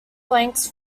blanks